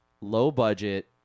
low-budget